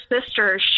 sister